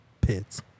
pits